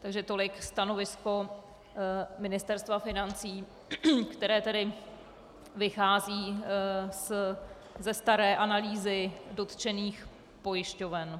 Takže tolik stanovisko Ministerstva financí, které tedy vychází ze staré analýzy dotčených pojišťoven.